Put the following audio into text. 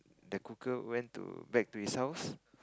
the cooker went to back to his house